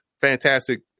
fantastic